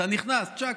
אתה נכנס: צ'ק,